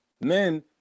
Men